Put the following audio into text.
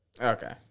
Okay